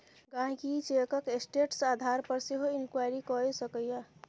गांहिकी चैकक स्टेटस आधार पर सेहो इंक्वायरी कए सकैए